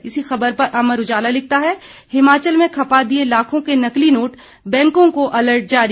इसी खबर पर अमर उजाला लिखता है हिमाचल में खपा दिये लाखों के नकली नोट बैंकों को अलर्ट जारी